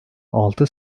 altı